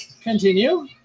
continue